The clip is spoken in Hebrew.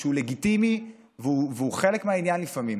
שהוא לגיטימי והוא חלק מהעניין לפעמים,